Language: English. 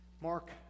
Mark